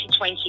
2020